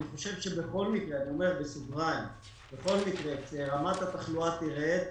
אני חושב שבכל מקרה, כשרמת התחלואה תרד,